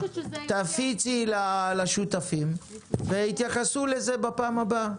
תפיצי לשותפים ויתייחסו לזה בפעם הבאה.